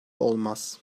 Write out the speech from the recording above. olmaz